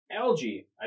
Algae